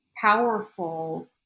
powerful